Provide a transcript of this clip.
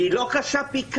היא לא קשה פי כמה,